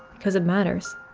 because it matters.